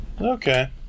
Okay